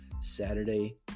Saturday